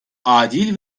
adil